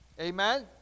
Amen